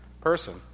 person